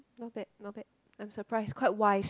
not bad not bad I'm surprised quite wise